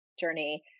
journey